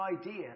idea